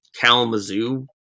Kalamazoo